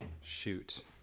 Shoot